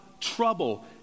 trouble